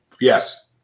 Yes